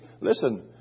Listen